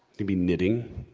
it could be knitting,